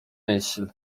myśl